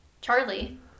Charlie